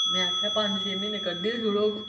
में आक्खेआ पंज छे म्हीने कड्डी छुड़ोग